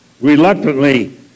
Reluctantly